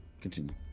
continue